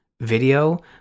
video